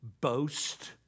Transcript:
boast